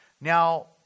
Now